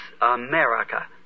america